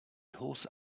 horse